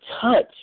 touch